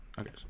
okay